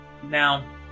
now